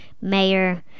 mayor